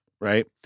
right